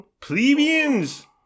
plebeians